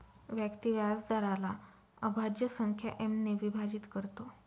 व्यक्ती व्याजदराला अभाज्य संख्या एम ने विभाजित करतो